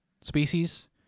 species